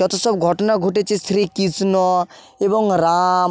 যতসব ঘটনা ঘটেছে শ্রীকৃষ্ণ এবং রাম